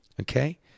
Okay